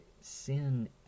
sin